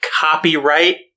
copyright